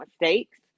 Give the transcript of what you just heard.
mistakes